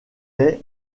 est